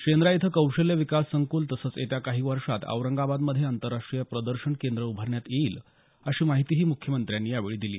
शेंद्रा इथं कौशल्य विकास संकूल तसंच येत्या काही वर्षांत औरंगाबादमध्ये आंतरराष्टीय प्रदर्शन केंद्र उभारण्यात येईल अशी माहितीही मुख्यमंत्र्यांनी यावेळी दिली